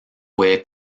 puede